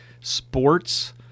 sports